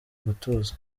gutuza